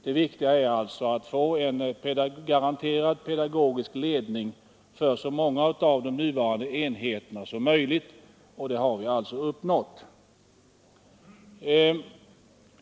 Det viktiga är att få en garanterad pedagogisk ledning för så många av de nuvarande enheterna som möjligt, och det målet har vi alltså nått.